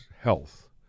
health